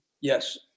Yes